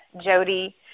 Jody